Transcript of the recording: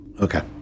okay